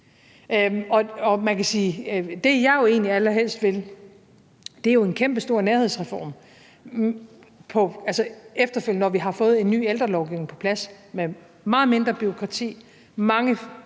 det, jeg jo egentlig allerhelst vil, er at gennemføre en kæmpestor nærhedsreform efterfølgende, når vi har fået en ny ældrelovgivning på plads, med meget mindre bureaukrati,